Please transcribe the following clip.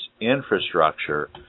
infrastructure